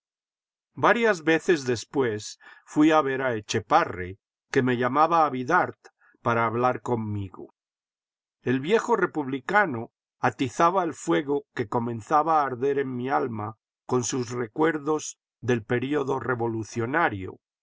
varias veces después fui a ver a etchepare que me llamaba a bidart para hablar conmigo el viejo republicano atizaba el fuego que comenzaba a arder en mi alma con sus recuerdos del período revolucionario